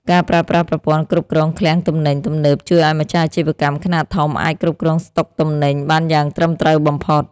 ការប្រើប្រាស់ប្រព័ន្ធគ្រប់គ្រងឃ្លាំងទំនិញទំនើបជួយឱ្យម្ចាស់អាជីវកម្មខ្នាតធំអាចគ្រប់គ្រងស្តុកទំនិញបានយ៉ាងត្រឹមត្រូវបំផុត។